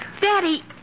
Daddy